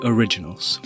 Originals